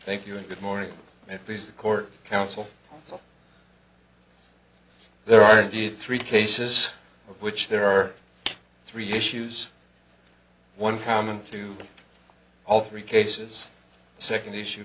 thank you and good morning at least the court counsel there are indeed three cases of which there are three issues one common to all three cases the second issue